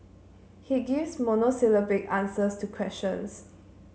he gives monosyllabic answers to questions